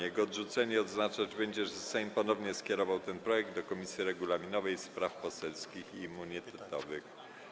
Jego odrzucenie oznaczać będzie, że Sejm ponownie skierował ten projekt do Komisji Regulaminowej, Spraw Poselskich i Immunitetowych.